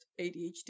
ADHD